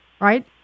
right